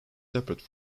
separate